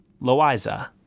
Loiza